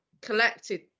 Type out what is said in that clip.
collected